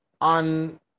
on